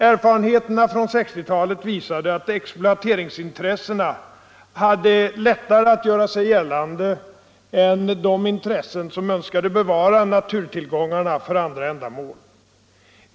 Erfarenheterna från 1960-talet visade att exploateringsintressena hade lättare att göra sig gällande än de intressen som önskade bevara naturtillgångarna för andra ändamål.